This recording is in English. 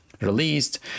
released